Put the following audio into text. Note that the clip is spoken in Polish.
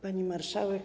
Pani Marszałek!